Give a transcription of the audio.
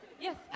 Yes